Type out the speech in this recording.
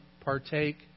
partake